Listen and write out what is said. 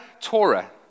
Torah